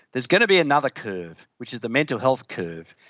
there's going to be another curve, which is the mental health curve.